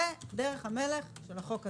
זאת דרך המלך של החוק הזה.